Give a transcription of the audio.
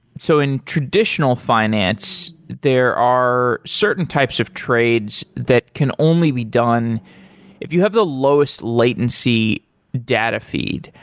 so in traditional finance, there are certain types of trades that can only be done if you have the lowest latency data feed.